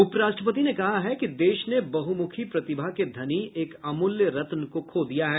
उप राष्ट्रपति ने कहा है कि देश ने बहुमुखी प्रतिभा के धनी एक अमूल्य रत्न को खो दिया है